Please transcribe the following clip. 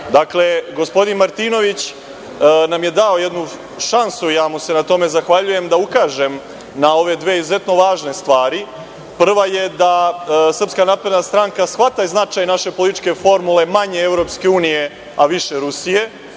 Dakle, gospodin Martinović nam je dao jednu šansu, ja mu se na tome zahvaljujem, da ukažem na ove dve izuzetne važne stvari. Prva je da SNS shvata značaj naše političke formule - manje EU, a više Rusije.